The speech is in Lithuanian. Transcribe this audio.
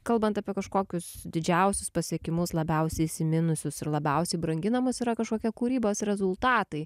kalbant apie kažkokius didžiausius pasiekimus labiausiai įsiminusius ir labiausiai branginamus yra kažkokie kūrybos rezultatai